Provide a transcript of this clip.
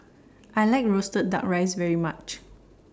I like Roasted Duck Rice very much